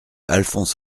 alphonse